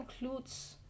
includes